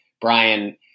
Brian